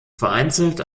vereinzelt